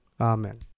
Amen